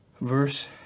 Verse